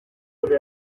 ote